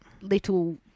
little